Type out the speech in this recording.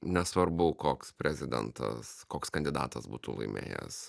nesvarbu koks prezidentas koks kandidatas būtų laimėjęs